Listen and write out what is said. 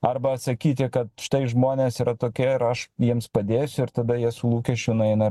arba sakyti kad štai žmonės yra tokie ir aš jiems padėsiu ir tada jie su lūkesčiu nueina